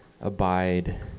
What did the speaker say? abide